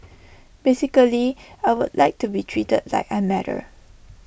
basically I would like to be treated like I matter